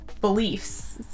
beliefs